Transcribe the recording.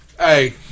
Hey